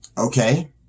Okay